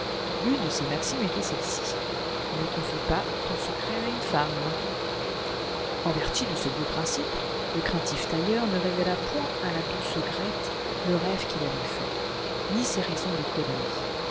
l'une de ces maximes était celle-ci ne confie pas ton secret à une femme en vertu de ce beau principe le craintif tailleur ne révéla point à la douce grethe le rêve qu'il avait fait ni ses raisons d'économie